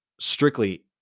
strictly